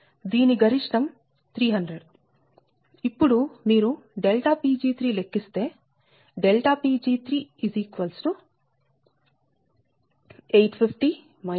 ఇప్పుడు మీరు Pg3 లెక్కిస్తే Pg3850 271